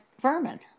vermin